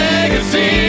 Legacy